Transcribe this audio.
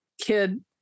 kid